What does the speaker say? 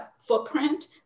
footprint